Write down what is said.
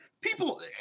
people